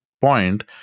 point